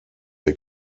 wer